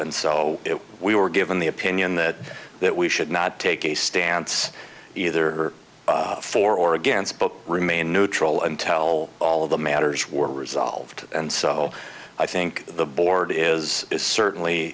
and so we were given the opinion that that we should not take a stance either for or against book remain neutral and tell all of the matters were resolved and so i think the board is certainly